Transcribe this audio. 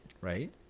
Right